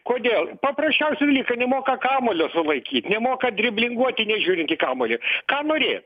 kodėl paprasčiausi dalykai nemoka kamuolio sulaikyt nemoka driblinguoti nežiūrint į kamuolį ką norėt